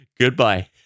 goodbye